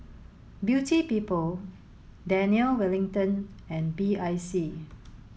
Beauty People Daniel Wellington and B I C